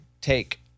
take